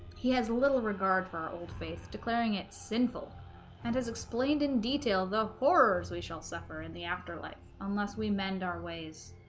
he has little regard for our old faith declaring it sinful and has explained in detail the horrors we shall suffer in the afterlife unless we mend our ways